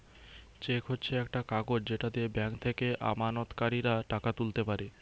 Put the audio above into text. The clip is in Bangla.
চেক হচ্ছে একটা কাগজ যেটা দিয়ে ব্যাংক থেকে আমানতকারীরা টাকা তুলতে পারে